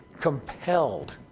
Compelled